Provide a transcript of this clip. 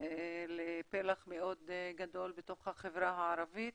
לפלח מאוד גדול בתוך החברה הערבית.